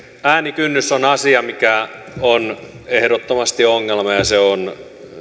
äänikynnys on asia mikä on ehdottomasti ongelma ja se on